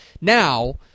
Now